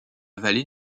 vallée